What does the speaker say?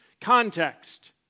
context